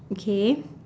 okay